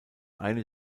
eine